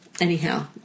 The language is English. Anyhow